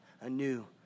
anew